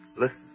Listen